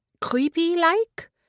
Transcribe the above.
Creepy-like